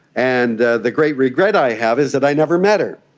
and the the great regret i have is that i never met her.